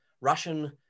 Russian